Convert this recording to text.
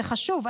זה חשוב,